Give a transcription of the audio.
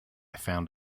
found